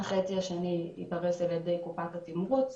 החצי השני ייפרס על ידי קופת התמרוץ.